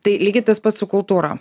tai lygiai tas pats su kultūra